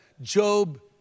Job